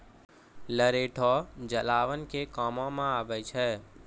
लरैठो जलावन के कामो मे आबै छै